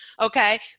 Okay